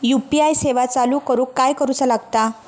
UPI सेवा चालू करूक काय करूचा लागता?